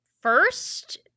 first